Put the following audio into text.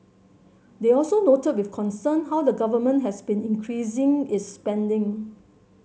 they also noted with concern how the Government has been increasing is spending